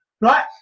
right